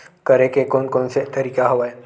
करे के कोन कोन से तरीका हवय?